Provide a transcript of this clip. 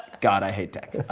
god, i hate tech. i